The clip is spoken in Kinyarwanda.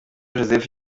joseph